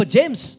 James